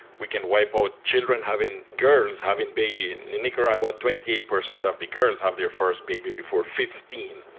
we can wipe out children having girls having baby. in nicaragua, twenty eight percent of the girls have their first baby before fifteen.